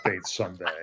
someday